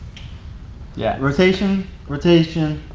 yeah, rotation, rotation.